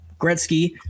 Gretzky